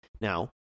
Now